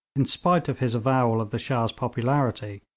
in spite of his avowal of the shah's popularity,